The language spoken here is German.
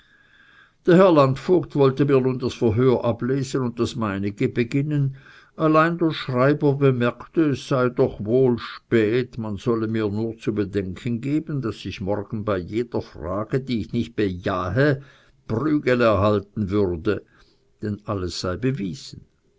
der herr landvogt wollte mir nun das verhör ablesen und das meinige beginnen allein der schreiber bemerkte es sei dazu doch wohl spät man solle mir nur zu bedenken geben daß ich morgen bei jeder frage die ich nicht bejahe prügel erhalten würde denn alles sei bewiesen